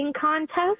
contest